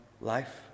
life